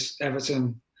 Everton